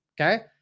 Okay